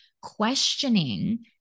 questioning